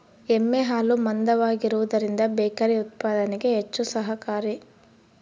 ಎಮ್ಮೆ ಹಾಲು ಮಂದವಾಗಿರುವದರಿಂದ ಬೇಕರಿ ಉತ್ಪಾದನೆಗೆ ಹೆಚ್ಚು ಸಹಕಾರಿ